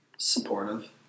supportive